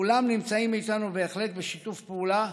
כולם נמצאים איתנו בשיתוף פעולה,